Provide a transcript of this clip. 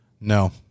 No